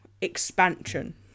expansion